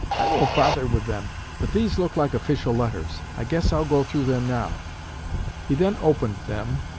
i won't bother with them but these look like official letters i guess i'll go through them now he then opened them,